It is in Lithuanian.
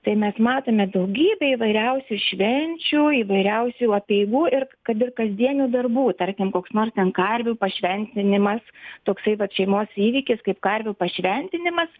tai mes matome daugybę įvairiausių švenčių įvairiausių apeigų ir kad ir kasdienių darbų tarkim koks nors ten karvių pašventinimas toksai vat šeimos įvykis kaip karvių pašventinimas